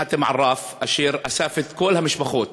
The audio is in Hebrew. חאתם עראף, אשר אסף את כל המשפחות